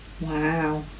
wow